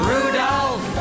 Rudolph